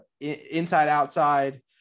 inside-outside